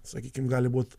sakykim gali būt